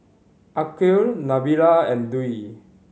Aqil Nabila and Dwi